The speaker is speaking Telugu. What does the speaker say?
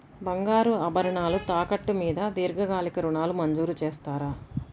బంగారు ఆభరణాలు తాకట్టు మీద దీర్ఘకాలిక ఋణాలు మంజూరు చేస్తారా?